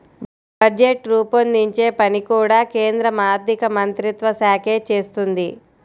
budget రూపొందించే పని కూడా కేంద్ర ఆర్ధికమంత్రిత్వ శాఖే చేస్తుంది